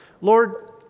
Lord